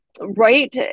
right